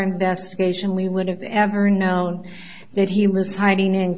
investigation we would have ever known that he was hiding in